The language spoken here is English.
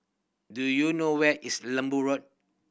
do you know where is Lembu Road